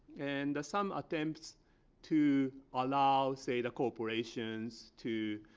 and some attempts to allow, say, the corporations to